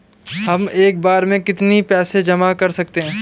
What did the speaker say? हम एक बार में कितनी पैसे जमा कर सकते हैं?